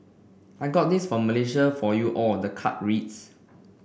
I got this for Malaysia for you all the card reads